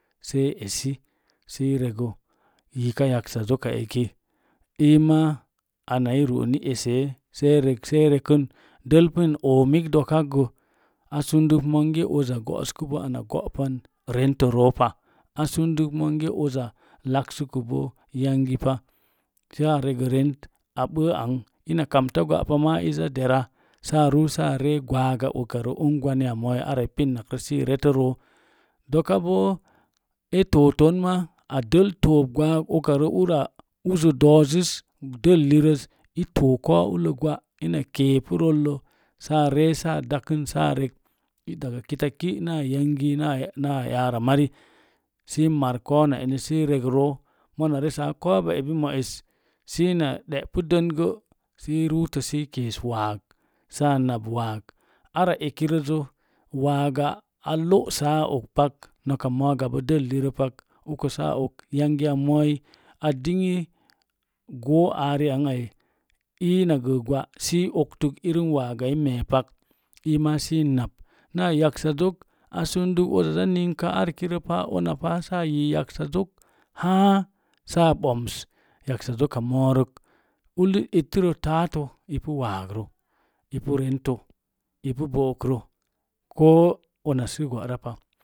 Sai e esi sə i regə nok geeka yaksazokaeka ima ma i ru'unsə i esee dəll pinoomi dokagə a sundək monge uza go'skəbo ana go'pan rentəro pa a sundək monge uza laksəbo yangi pa saa rəgə rent a ɓəə ang ina kamta gwapa maa i dera sa ruu saa ree gwaaga ukarə ara ungwani mooi i pinnakrə sə i retoroo. Doka boo e tooton ma, a dəll too gwaag ukarə uzə doozəz dəllirəz a too kou ullə gwa’ ina keepu rollə sa ree sa dakn saarek daga kitaki naa yangi naa yaramari sə mar kona eni sə i regro mono resa koouba ebi mo es sə na ɗe'pu dəngə sə ruutə na nab waag ara ekirəzə waaga a lo'sa a ogpak nok a gabn dəllirə pa saa ok yangiya mooi a dingyii goo aari angai ii na gəə gwa’ səi oktək irin waaga i meepak ii ma sə i nap na yaksazok a sundək uza za ninka ara eki pa sa yi yaksa zok haa saa boms yaksa zoka moorək ullət itərə, tattə ipu waagrə ipu rento ipu bookrə ko una sə borapa.